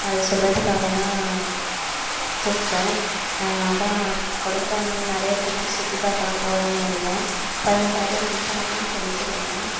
அது சொல்கிறதுக்காக தான் கூப்பிட்டேன் அதுதான் கொடைக்கானல் நிறையா ட்ரிப்பு சுற்றி பார்க்கலாம் போகலான்னு இருந்தேன் பதினெட்டாயிரம் முன் பணமும் செலுத்தியிருந்தேன்